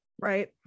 Right